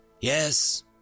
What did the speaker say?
Yes